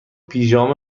پیژامه